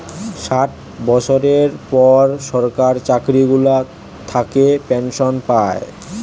ষাট বছরের পর সরকার চাকরি গুলা থাকে পেনসন পায়